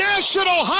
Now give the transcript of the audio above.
National